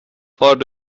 har